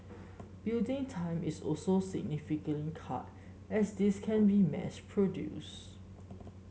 building time is also significantly cut as these can be mass produced